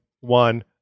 one